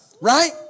Right